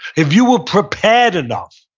if you were prepared enough,